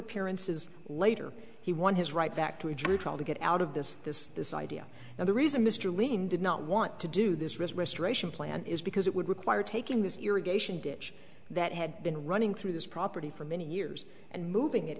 appearances later he won his right back to a jury trial to get out of this this this idea and the reason mr lien did not want to do this restoration plan is because it would require taking this irrigation ditch that had been running through this property for many years and moving it